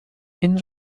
این